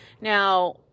Now